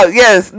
yes